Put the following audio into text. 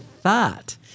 thought